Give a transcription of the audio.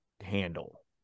handle